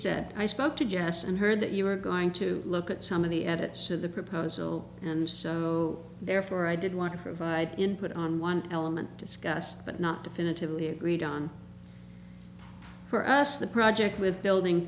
said i spoke to jess and heard that you were going to look at some of the edits to the proposal and so therefore i did want to provide input on one element discussed but not definitively agreed on for us the project with building